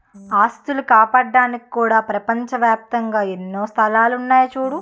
ఆస్తులు కాపాడ్డానికి కూడా ప్రపంచ ఏప్తంగా ఎన్నో సంస్థలున్నాయి చూడూ